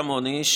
כמוני,